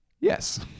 Yes